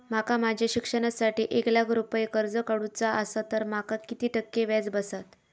माका माझ्या शिक्षणासाठी एक लाख रुपये कर्ज काढू चा असा तर माका किती टक्के व्याज बसात?